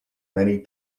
many